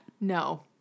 No